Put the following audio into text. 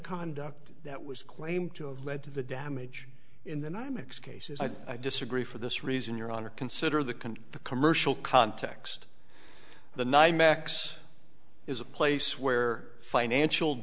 conduct that was claimed to have led to the damage and then i mix cases i disagree for this reason your honor consider the can the commercial context the ny max is a place where financial